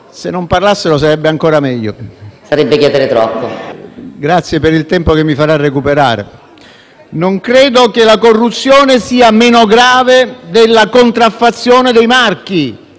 Se non parlassero sarebbe ancora meglio. PRESIDENTE. Sarebbe chiedere troppo. GRASSO *(Misto-LeU)*. Grazie per il tempo che mi farà recuperare. Non credo che la corruzione sia meno grave della contraffazione dei marchi.